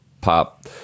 pop